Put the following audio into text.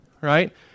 right